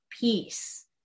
peace